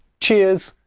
cheers,